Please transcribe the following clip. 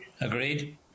Agreed